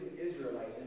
Israelite